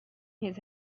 his